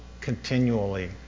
continually